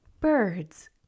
birds